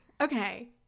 Okay